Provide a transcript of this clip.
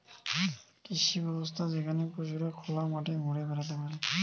কৃষি ব্যবস্থা যেখানে পশুরা খোলা মাঠে ঘুরে বেড়াতে পারে